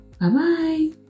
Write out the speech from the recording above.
Bye-bye